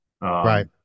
Right